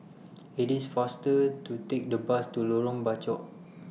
IT IS faster to Take The Bus to Lorong Bachok